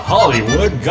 Hollywood